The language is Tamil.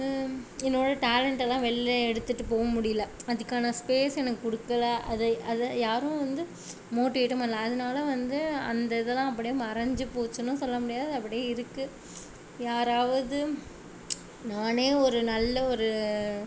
என்னோட டேலண்ட்டெல்லாம் வெளிலே எடுத்துட்டு போக முடியல அதுக்கான ஸ்பேஸ் எனக்கு கொடுக்கல அதை அதை யாரும் வந்து மோட்டிவேட்டும் பண்ணல அதனால வந்து அந்த இதெல்லாம் அப்படியே மறைஞ்சி போச்சுணும் சொல்ல முடியாது அப்படியே இருக்குது யாராவது நானே ஒரு நல்ல ஒரு